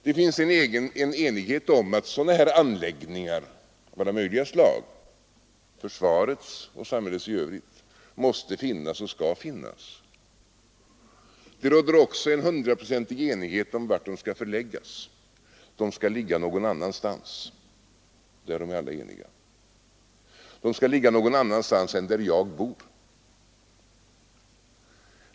Det finns en enighet om att sådana här anläggningar av alla möjliga slag — försvarets och samhällets i övrigt — måste finnas och skall finnas. Det råder också en hundraprocentig enighet om vart de skall förläggas; de skall ligga någon annanstans än där man själv bor — därom är alla eniga.